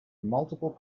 multiple